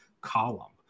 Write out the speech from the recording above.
column